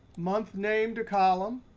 month name to column,